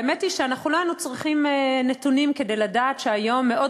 האמת היא שלא היינו צריכים נתונים כדי לדעת שהיום מאוד